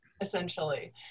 essentially